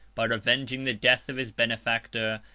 by revenging the death of his benefactor,